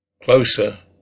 closer